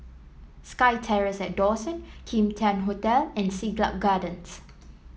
SkyTerrace at Dawson Kim Tian Hotel and Siglap Gardens